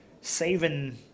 saving